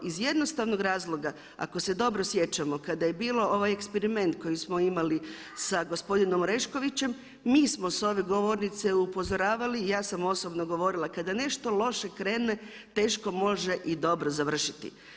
Iz jednostavnog razloga, ako se dobro sjećamo kada je bilo ovaj eksperiment koji smo imali sa gospodinom Oreškovićem, mi smo s ove govornice upozoravali i ja sam osobno govorila kada nešto loše krene teško može i dobro završiti.